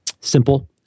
simple